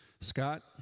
Scott